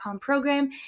program